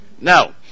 Now